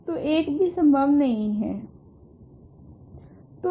तो 1 भी संभव नहीं है